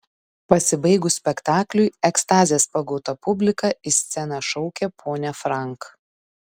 pasibaigus spektakliui ekstazės pagauta publika į sceną šaukė ponią frank